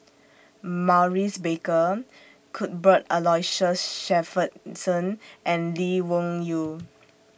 Maurice Baker Cuthbert Aloysius Shepherdson and Lee Wung Yew